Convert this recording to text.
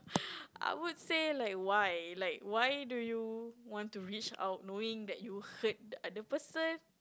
I would say like why like why do you want to reach out knowing that you hurt the other person